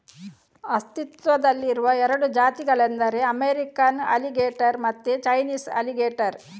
ಅಸ್ತಿತ್ವದಲ್ಲಿರುವ ಎರಡು ಜಾತಿಗಳೆಂದರೆ ಅಮೇರಿಕನ್ ಅಲಿಗೇಟರ್ ಮತ್ತೆ ಚೈನೀಸ್ ಅಲಿಗೇಟರ್